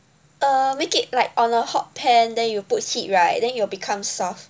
uh make it like on a hot pan then you put heat right then it will become soft